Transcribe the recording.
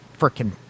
freaking